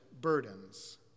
burdens